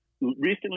Recently